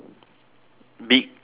big~ bigger